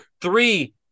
three